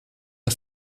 her